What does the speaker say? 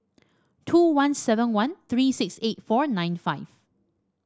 two one seven one three six eight four nine five